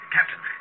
Captain